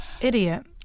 Idiot